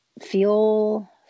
feel